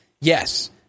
Yes